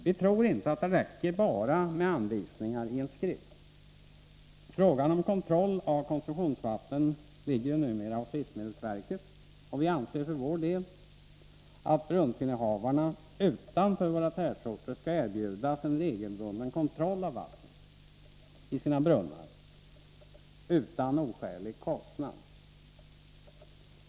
Vi tror dock inte att det räcker med bara anvisningar i en skrift. Frågan om kontroll av konsumtionsvatten ligger numera hos livsmedelsverket, och vi anser för vår del att brunnsinnehavarna utanför våra tätorter skall erbjudas en regelbunden kontroll utan oskälig kostnad av vattnet i sina brunnar.